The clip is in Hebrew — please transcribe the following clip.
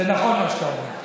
זה נכון מה שאתה אומר.